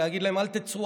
להגיד להם: אל תצאו,